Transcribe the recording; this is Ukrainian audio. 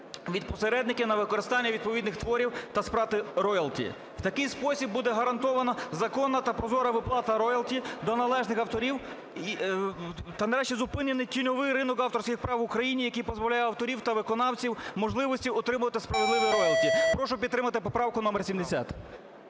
від посередників на використання відповідних творів та сплати роялті. В такий спосіб буде гарантована законна та прозора виплата роялті до належних авторів, та, нарешті, зупинений тіньовий ринок авторських прав в Україні, який позбавляє авторів та виконавців можливості отримувати справедливі роялті. Прошу підтримати поправку номер 70.